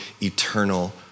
eternal